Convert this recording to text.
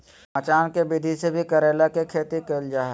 मचान के विधि से भी करेला के खेती कैल जा हय